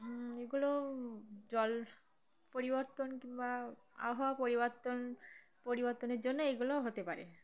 এগুলো জল পরিবর্তন কিংবা আবহাওয়া পরিবর্তন পরিবর্তনের জন্য এগুলো হতে পারে